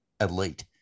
elite